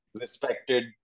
respected